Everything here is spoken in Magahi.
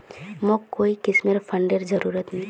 मोक कोई किस्मेर फंडेर जरूरत नी